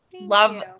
Love